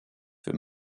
für